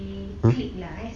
who